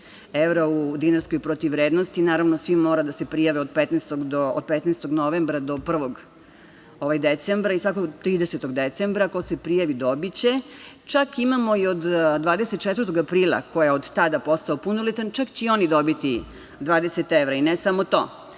evra u dinarskoj protiv vrednosti. Naravno, svi moraju da se prijave od 15. novembra do 30. decembra. Ko se prijavi dobiće. Čak imamo i od 24. aprila, ko je od tada postao punoletan, čak će i oni dobiti 20 evra. Ne samo to,